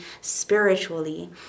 spiritually